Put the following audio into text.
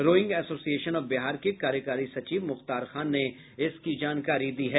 rowing association of Bihar के कार्यकारी सचिव मुख्तार खां ने इसकी जानकारी दी है